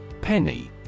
Penny